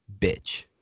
bitch